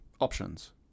options